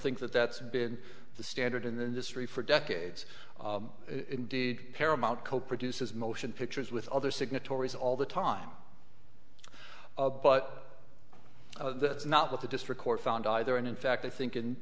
think that that's been the standard in the industry for decades indeed paramount co produces motion pictures with other signatories all the time but that's not what the district court found either and in fact i think